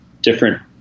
different